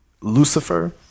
Lucifer